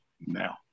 now